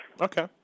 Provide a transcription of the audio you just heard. Okay